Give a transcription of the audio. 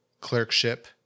Clerkship